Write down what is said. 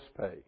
pay